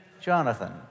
Jonathan